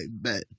bet